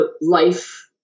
life